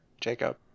Jacob